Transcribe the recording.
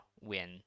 win